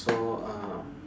so um